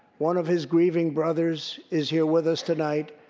one of his grieving brothers is here with us tonight.